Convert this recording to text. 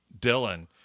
Dylan